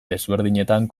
desberdinetan